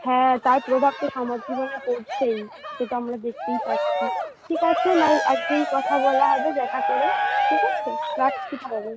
হ্যাঁ তার প্রভাব তো সমাজ জীবনে পড়ছেই সে তো আমরা দেখতেই পাচ্ছি ঠিক আছে নয় এক দিন কথা বলা হবে দেখা করে ঠিক আছে রাখছি তাহলে